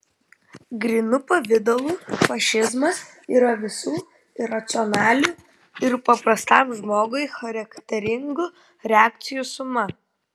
grynu pavidalu fašizmas yra visų iracionalių ir paprastam žmogui charakteringų reakcijų suma